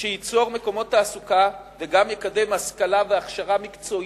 שייצור מקומות תעסוקה וגם יקדם השכלה והכשרה מקצועית,